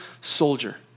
soldier